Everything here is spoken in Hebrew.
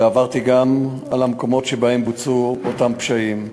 ועברתי גם על המקומות שבהם בוצעו אותם פשעים.